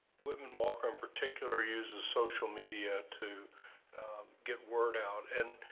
wittmann walker in particular uses social media to get word out. and